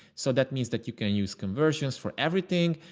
so that means that you can use conversions for everything,